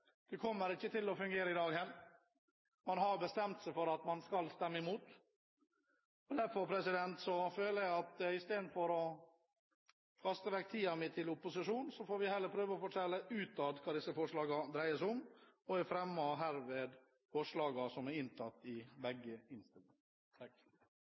Det kommer ikke til å fungere i dag heller. Man har bestemt seg for at man skal stemme mot. Derfor føler jeg at i stedet for å kaste bort tiden min til opposisjon får vi heller prøve å fortelle utad hva disse forslagene dreier seg om, og jeg tar herved opp de forslagene som er inntatt i